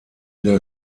der